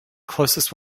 closest